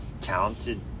talented